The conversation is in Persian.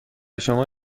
شما